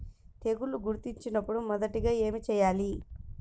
తెగుళ్లు గుర్తించినపుడు మొదటిగా ఏమి చేయాలి?